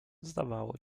zdawało